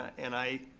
and i